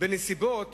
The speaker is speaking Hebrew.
בנסיבות